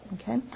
Okay